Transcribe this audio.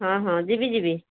ହଁ ହଁ ଯିବି ଯିବି